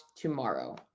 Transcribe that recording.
tomorrow